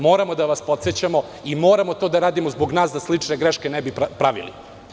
Moramo da vas podsećamo i moramo to da radimo zbog nas, da slične greške ne bi pravili.